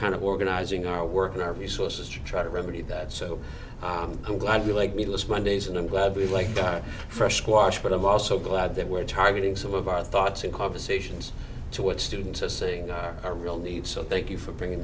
of organizing our work and our resources to try to remedy that so i'm glad you like me less mondays and i'm glad we like the fresh squash but i'm also glad that we're targeting some of our thoughts in conversations to what students are saying are a real need so thank you for bringing